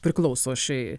priklauso šiai